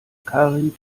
karin